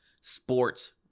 sports